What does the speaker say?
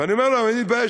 ואני אומר להם: אני מתבייש.